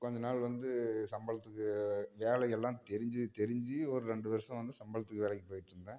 கொஞ்சம் நாள் வந்து சம்பளத்துக்கு வேலை எல்லாம் தெரிஞ்சு தெரிஞ்சு ஒரு ரெண்டு வருஷம் வந்து சம்பளத்துக்கு வேலைக்கு போய்ட்டுருந்தேன்